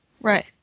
Right